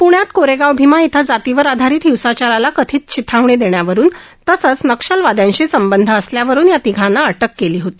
प्ण्यात कोरेगाव भीमा इथं जातीवर आधारित हिंसाचाराला कथित चिथावणी देण्यावरून तसंच नक्षलवादयांशी संबंध असल्यावरून या तिघांना अटक केली होती